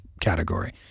category